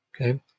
Okay